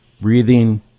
breathing